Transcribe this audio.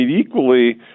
equally